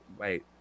wait